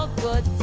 ah good.